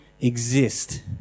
exist